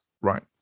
right